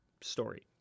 story